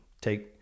take